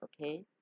okay